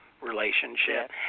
relationship